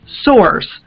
source